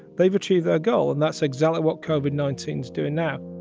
they've achieved a goal. and that's exactly what cauvin nineteen s doing now